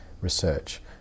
research